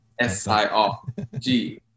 S-I-R-G